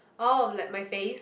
oh like my face